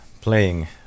playing